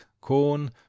corn